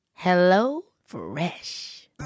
HelloFresh